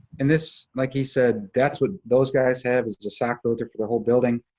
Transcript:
and this, like he said, that's what those guys have is the sock filter for the whole building.